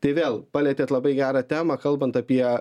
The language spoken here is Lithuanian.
tai vėl palietėt labai gerą temą kalbant apie